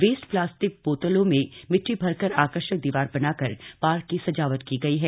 waste plastic बोतलों में मिट्टी भरकर आकर्षक दीवार बनाकर पार्क की सजावट की गई है